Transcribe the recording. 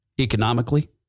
economically